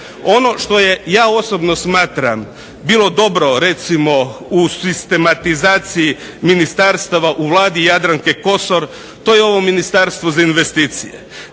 Ono što je, ja osobno smatram bilo dobro recimo u sistematizaciji ministarstava u Vladi Jadranke Kosor to je ovo Ministarstvo za investicije.